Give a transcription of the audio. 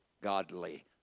godly